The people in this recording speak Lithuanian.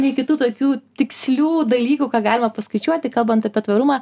nei kitų tokių tikslių dalykų ką galima paskaičiuoti kalbant apie tvarumą